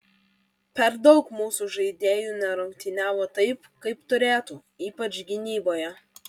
per daug mūsų žaidėjų nerungtyniavo taip kaip turėtų ypač gynyboje